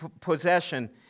possession